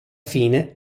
fine